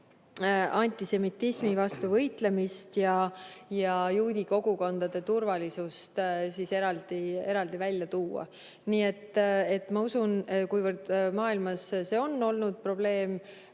antisemitismi vastu võitlemist ja juudi kogukondade turvalisust eraldi välja tuua. Kuivõrd maailmas see on olnud probleem,